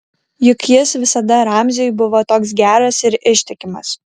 juk jis visada ramziui buvo toks geras ir ištikimas